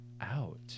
out